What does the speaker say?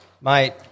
mate